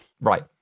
Right